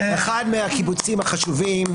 אחד מהקיבוצים החשובים,